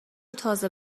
تازه